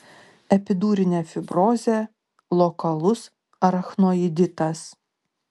epidurinė fibrozė lokalus arachnoiditas